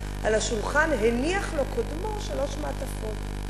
השולחן, ועל השולחן הניח לו קודמו שלוש מעטפות.